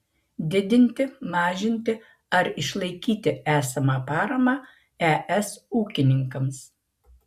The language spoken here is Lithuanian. didinti mažinti ar išlaikyti esamą paramą es ūkininkams